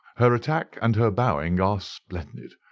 her attack and her bowing are splendid.